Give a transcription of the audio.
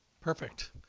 perfect